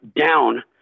down